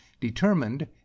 determined